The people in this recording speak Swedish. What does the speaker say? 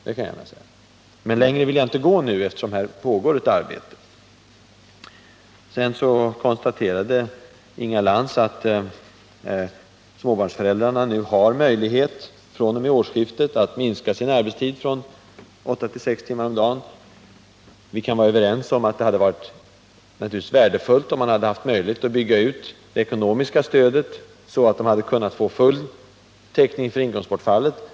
Det kan jag säga, men längre vill jag inte gå nu, eftersom det pågår ett utredningsarbete. Sedan konstaterade Inga Lantz att småbarnsföräldrarna har möjlighet fr.o.m. årsskiftet att minska sin arbetstid från åtta till sex timmar om dagen. Vi kan vara överens om att det naturligtvis hade varit värdefullt, om man hade haft möjlighet att bygga ut det ekonomiska stödet, så att småbarnsföräldrarna hade kunnat få full täckning för inkomstbortfallet.